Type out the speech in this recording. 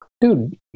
Dude